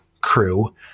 crew